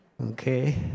Okay